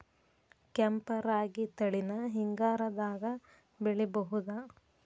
ಕೆಂಪ ರಾಗಿ ತಳಿನ ಹಿಂಗಾರದಾಗ ಬೆಳಿಬಹುದ?